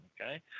okay